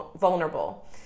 vulnerable